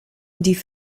die